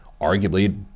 arguably